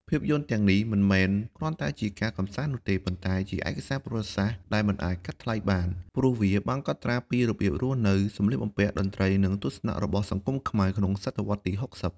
ភាពយន្តទាំងនេះមិនមែនគ្រាន់តែជាការកម្សាន្តនោះទេ ប៉ុន្តែជាឯកសារប្រវត្តិសាស្ត្រដែលមិនអាចកាត់ថ្លៃបាន ព្រោះវាបានកត់ត្រាពីរបៀបរស់នៅ សម្លៀកបំពាក់ តន្ត្រី និងទស្សនៈរបស់សង្គមខ្មែរក្នុងទសវត្សរ៍ទី៦០។